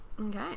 Okay